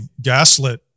gaslit